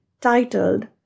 titled